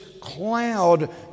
cloud